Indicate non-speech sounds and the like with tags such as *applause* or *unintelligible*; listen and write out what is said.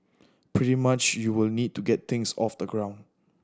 *unintelligible* much you will need to get things off the ground